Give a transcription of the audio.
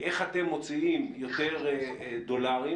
איך אתם מוציאים יותר דולרים